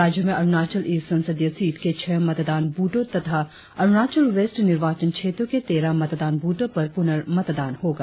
राज्य में अरुणाचल ईस्ट संसदीय सीट के छह मतदान ब्रथों तथा अरुणाचल वेस्ट निर्वाचन क्षेत्रों के तेरह मतदान बूथों पर पुनर्मतान होगा